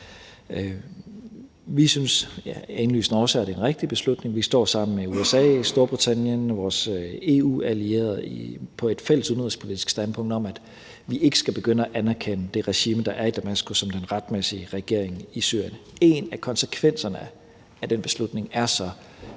årsager, at det er den rigtige beslutning. Vi står sammen med USA, Storbritannien, vores EU-allierede på et fælles udenrigspolitisk standpunkt om, at vi ikke skal begynde at anerkende det regime, der er i Damaskus, som den retmæssige regering i Syrien. En af konsekvenserne af den beslutning er,